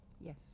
yes